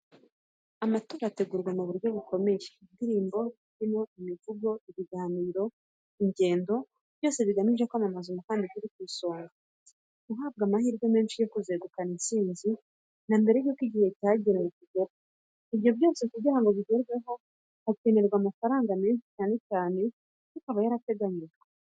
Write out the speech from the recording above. Amatora ategurwa mu buryo bukomeye: indirimbo, imbyino, imivugo, ibiganiro, ingendo, byose bigamije kwamamaza umukandida uri ku isonga, uhabwa amahirwe menshi yo kuzegukana intsinzi na mbere y'uko igihe cyagenwe kigera. Ibyo byose kugira ngo bigerweho, hakenerwa amafaranga menshi cyane ariko aba yarateganyijwe.